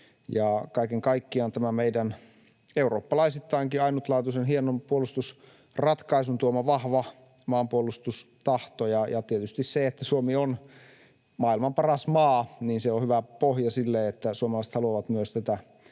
kaiken kaikkiaan tämä meidän eurooppalaisittainkin ainutlaatuisen hienon puolustusratkaisun tuoma vahva maanpuolustustahto. Ja tietysti se, että Suomi on maailman paras maa, on hyvä pohja sille, että suomalaiset haluavat tätä